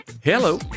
Hello